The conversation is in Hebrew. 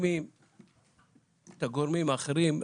מאשימים את הגורמים האחרים.